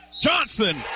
Johnson